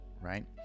right